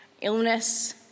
illness